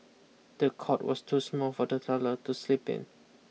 the cot was too small for the toddler to sleep in